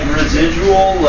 residual